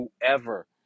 whoever